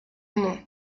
nom